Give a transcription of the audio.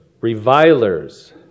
revilers